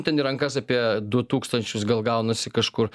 ten į rankas apie du tūkstančius gal gaunasi kažkur